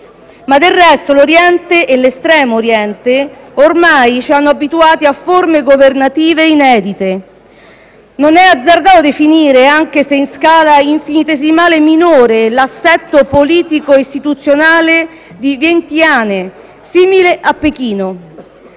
Ma del resto l'Oriente e l'Estremo Oriente ormai ci hanno abituati a forme governative inedite. Non è azzardato definire, anche se in scala infinitesimale minore, l'assetto politico-istituzionale di Vientiane simile a quello